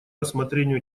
рассмотрению